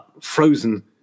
frozen